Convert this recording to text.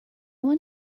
want